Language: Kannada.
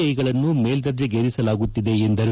ಐಗಳನ್ನು ಮೇಲ್ದರ್ಜೆಗೇರಿಸಲಾಗುತ್ತಿದೆ ಎಂದರು